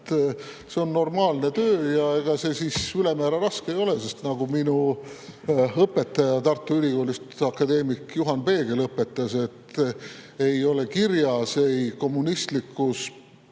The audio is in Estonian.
See on normaalne töö ja ega see ülemäära raske ei ole. Nagu minu õpetaja Tartu Ülikoolist, akadeemik Juhan Peegel õpetas, ei ole ei "Kommunistliku